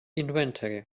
inventory